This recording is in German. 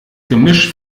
gemisch